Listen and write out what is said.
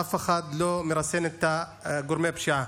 ואף אחד לא מרסן את גורמי הפשיעה,